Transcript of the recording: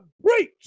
breach